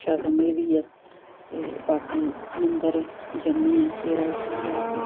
अच्छा समझदी ऐ ते बाकी मंदर जन्ने आं सवेरै उट्ठियै अस